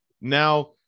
now